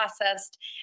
processed